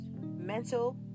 mental